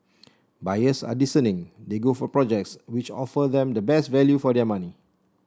buyers are discerning they go for projects which offer them the best value for their money